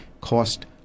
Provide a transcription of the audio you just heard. cost